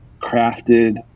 crafted